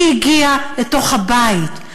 שהיא הגיעה לתוך הבית.